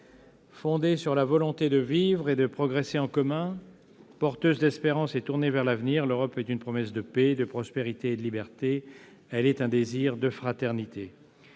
fondée sur la volonté de vivre et de progresser en commun, porteuse d'espérance et tournée vers l'avenir, l'Europe est une promesse de paix, de prospérité et de liberté. Elle est un désir de fraternité.